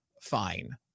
Fine